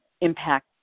impact